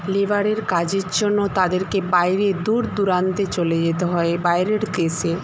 লেবারের কাজের জন্য তাদেরকে বাইরে দূর দূরান্তে চলে যেতে হয় বাইরের দেশে